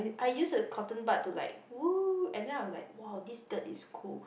I use a cotton bud to like !woo! and then I'm like !wow! this dirt is cool